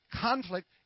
Conflict